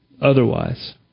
otherwise